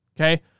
Okay